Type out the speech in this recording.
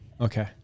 Okay